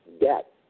Debt